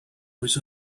was